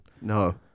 no